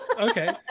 Okay